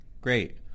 Great